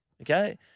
Okay